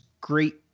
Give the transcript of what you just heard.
great